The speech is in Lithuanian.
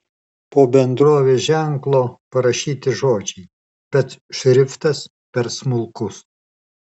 po bendrovės ženklu parašyti žodžiai bet šriftas per smulkus